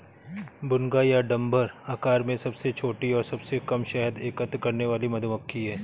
भुनगा या डम्भर आकार में सबसे छोटी और सबसे कम शहद एकत्र करने वाली मधुमक्खी है